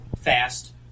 fast